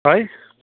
है